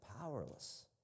powerless